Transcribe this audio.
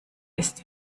ist